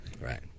Right